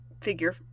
figure